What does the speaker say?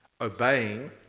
Obeying